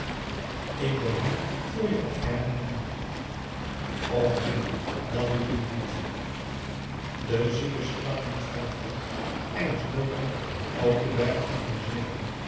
maurits wil ik hem voor je à faire nemen och neen dàt bedoel ik niet de zieke sprak niet verder voort hij was doodaf ook de beide anderen zwegen